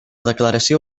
declaració